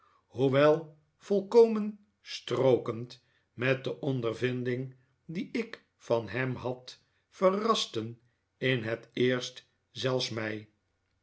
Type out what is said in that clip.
hoewel volkomen strookend met de ondervinding die ik van hem had verrasten in het eerst zelfs mij